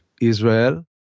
Israel